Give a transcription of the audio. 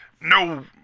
no